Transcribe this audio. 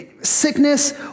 Sickness